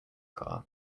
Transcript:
car